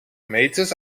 meters